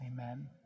Amen